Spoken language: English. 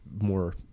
more